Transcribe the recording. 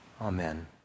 Amen